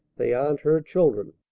they aren't her children.